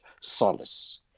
solace